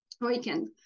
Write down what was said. weekend